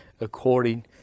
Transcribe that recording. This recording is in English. according